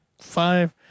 five